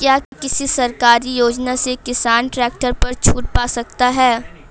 क्या किसी सरकारी योजना से किसान ट्रैक्टर पर छूट पा सकता है?